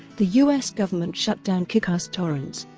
the us government shut down kickasstorrents,